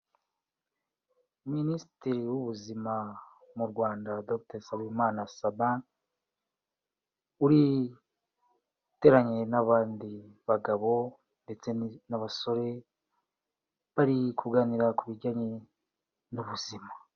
Minisitiri w'ubuzima mu Rwanda Dogiteri Nsabimana Sabin uri uteranye n'abandi bagabo ndetse n'abasore, bari kuganira ku bijyanye n'ubuzima.